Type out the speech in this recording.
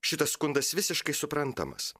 šitas skundas visiškai suprantamas